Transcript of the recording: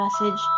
message